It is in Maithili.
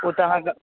ओ तऽ अहाँकऽ